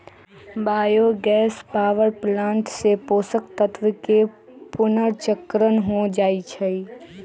bio gas power plant से पोषक तत्वके पुनर्चक्रण हो जाइ छइ